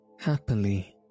Happily